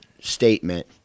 statement